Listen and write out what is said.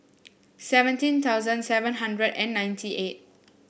seventeen thousand seven hundred and ninety eight